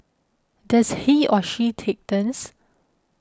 does he or she take turns